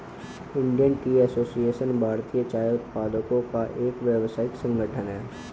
Indian Tea Association भारतीय चाय उत्पादकों का एक व्यावसायिक संगठन है